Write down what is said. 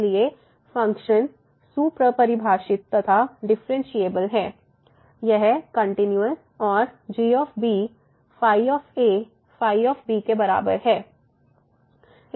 इसलिए फंक्शन सुपरिभाषित तथा डिफरेंशिएबल है यह कंटिन्यूस और g के बराबर है